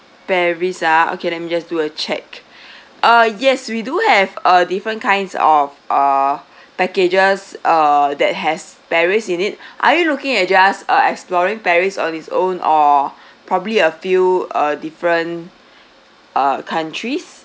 paris ah okay let me just do a check uh yes we do have uh different kinds of uh packages uh that has paris in it are you looking at just uh exploring paris on its own or probably a few uh different uh countries